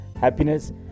happiness